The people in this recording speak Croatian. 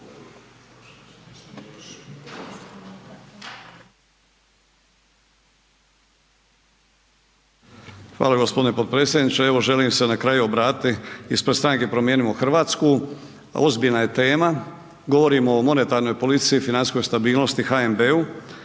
Hvala g. potpredsjedniče, evo želim se na kraju obratiti ispred Stranke Promijenimo Hrvatsku, ozbiljna je tema, govorimo o monetarnoj politici i financijskoj stabilnosti, HNB-u,